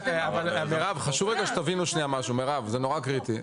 מירב, חשוב רגע שתבינו משהו, זה נורא קריטי.